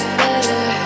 better